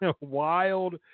Wild